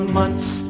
months